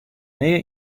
nea